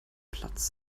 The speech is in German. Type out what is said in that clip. platz